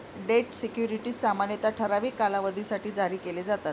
date securities सामान्यतः ठराविक कालावधीसाठी जारी केले जातात